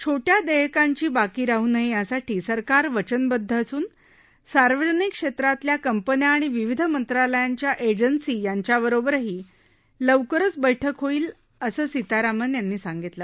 छोट्या देयकांची बाकी राहू नये यासाठी सरकार वचनबद्ध असून सार्वजनिक क्षेत्रातल्या कंपन्या आणि विविध मंत्रालयांच्या एजन्सी यांच्याबरोबरही लवकरच बैठक होईल असंही निर्मला सीतारामन यांनी सांगितलं